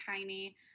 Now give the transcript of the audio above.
tiny